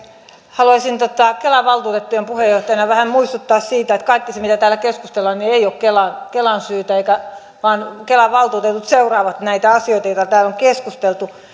haluaisin kelan valtuutettujen puheenjohtajana vähän muistuttaa siitä että kaikki se mitä täällä keskustellaan ei ole kelan kelan syytä vaan kelan valtuutetut seuraavat näitä asioita joita täällä on keskusteltu